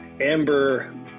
Amber